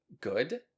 good